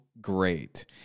great